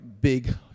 big